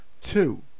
two